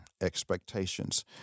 expectations